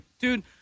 dude